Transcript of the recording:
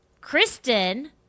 Kristen